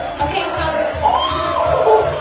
okay so. um ah whoa!